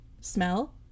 smell